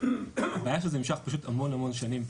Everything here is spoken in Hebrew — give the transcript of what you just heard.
אבל הבעיה היא שזה נמשך פשוט המון שנים.